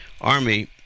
army